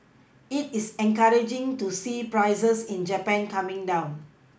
it is encouraging to see prices in Japan coming down